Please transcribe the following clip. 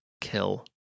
kill